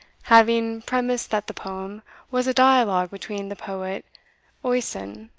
having premised that the poem was a dialogue between the poet oisin,